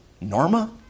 Norma